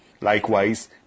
Likewise